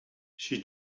she